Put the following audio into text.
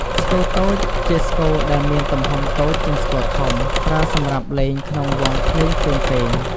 ស្គរតូច ជាស្គរដែលមានទំហំតូចជាងស្គរធំ ប្រើសម្រាប់លេងក្នុងវង់ភ្លេងផ្សេងៗ។